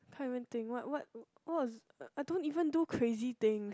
can't even thing what what what was I don't even do crazy things